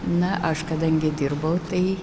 na aš kadangi dirbau tai